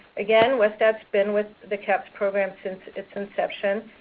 again, westat's been with the cahps program since its inception.